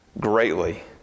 greatly